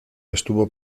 estuvo